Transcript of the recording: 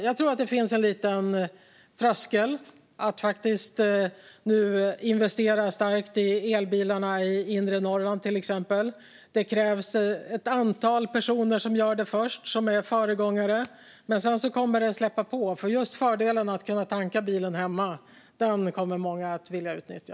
Jag tror att det finns en liten tröskel för att investera i elbilarna i till exempel inre Norrland. Det krävs att ett antal personer gör det först och är föregångare, men sedan kommer detta att släppas på. Just fördelen att kunna tanka bilen hemma kommer nämligen många att vilja utnyttja.